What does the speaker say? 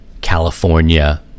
California